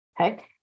Okay